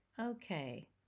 okay